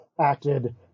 acted